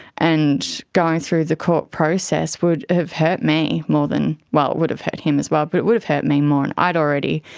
and going through the court process would have hurt me more than, well, it would have hurt him as well, but it would have hurt me more and i'd already,